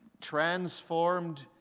transformed